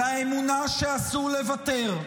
-- והאמונה שאסור לוותר,